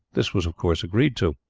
this was of course agreed to.